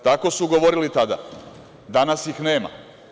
Tako su govorili tada, danas ih nema.